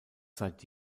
seit